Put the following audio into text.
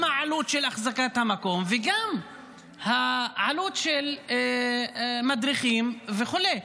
גם העלות של החזקת המקום וגם העלות של מדריכים וכו'.